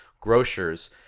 grocers